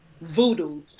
voodoo